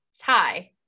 tie